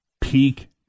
peak